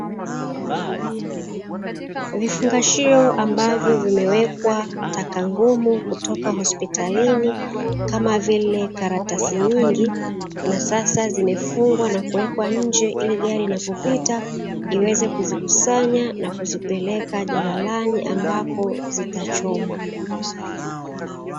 Vifungashio ambavyo vimewekwa taka ngumu kutoka hospitalini kama vile karatasi nyingi, na sasa zimefungwa na kuwekwa nje ili gari inapopita, iweze kuzikusanya na kuzipeleka jalalani ambapo zitachomwa.